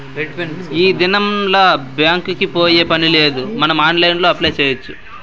ఈ దినంల్ల బ్యాంక్ కి పోయే పనిలేకుండా మనం ఆన్లైన్లో అప్లై చేయచ్చు